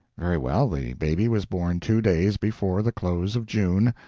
very well, the baby was born two days before the close of june.